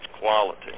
quality